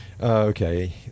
Okay